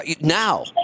now